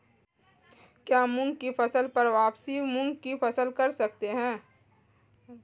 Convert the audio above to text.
क्या मूंग की फसल पर वापिस मूंग की फसल कर सकते हैं?